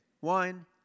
Wine